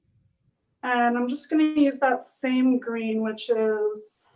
and i'm just gonna use that same green which is